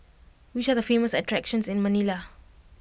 which are the famous attractions in Manila